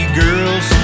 girls